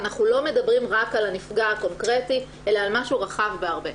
אנחנו לא מדברים רק על הנפגע הקונקרטי אלא על משהו רחב בהרבה.